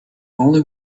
only